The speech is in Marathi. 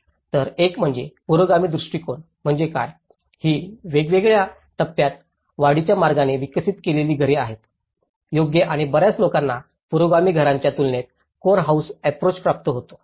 तर एक म्हणजे पुरोगामी दृष्टीकोन म्हणजे काय ही वेगवेगळ्या टप्प्यात वाढीच्या मार्गाने विकसित केलेली घरे आहेत योग्य आणि बर्याच लोकांना पुरोगामी घरांच्या तुलनेत कोर हाऊस अप्रोच प्राप्त होतो